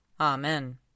Amen